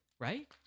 right